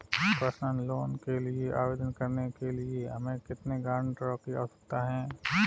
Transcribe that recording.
Personal loan के लिए आवेदन करने के लिए हमें कितने गारंटरों की आवश्यकता है?